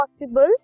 possible